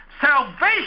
Salvation